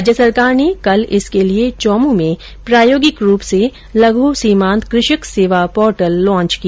राज्य सरकार ने कल इसके लिए चौमुं में प्रायोगिक रूप से लघ सीमांत कृषक सेवा पोर्टल लांच किया